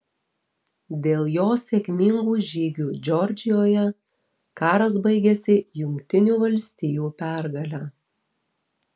dėl jo sėkmingų žygių džordžijoje karas baigėsi jungtinių valstijų pergale